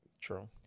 True